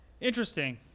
Interesting